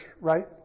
right